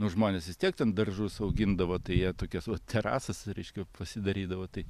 nu žmonės vis tiek ten daržus augindavo tai jie tokias vat terasas reiškia pasidarydavo tai